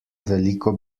veliko